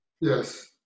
yes